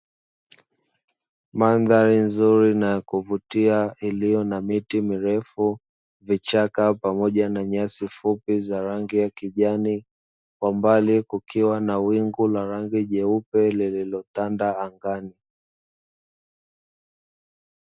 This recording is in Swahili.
Mandhari nzuri na ya kuvutia iliyo na miti mirefu, vichaka, pamoja na nyasi fupi za rangi ya kijani, kwa mbali kukiwa na wingu la rangi jeupe lililotanda angani.